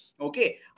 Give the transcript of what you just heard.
Okay